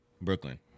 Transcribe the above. Brooklyn